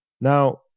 now